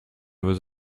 veux